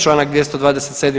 Članak 227.